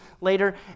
later